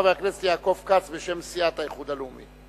חבר הכנסת יעקב כץ בשם סיעת האיחוד הלאומי.